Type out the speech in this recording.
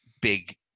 big